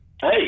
hey